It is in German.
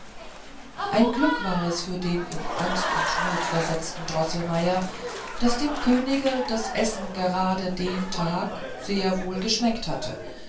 ein glück war es für den in angst und not versetzten droßelmeier daß dem könige das essen gerade den tag sehr wohl geschmeckt hatte